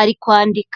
ari kwandika.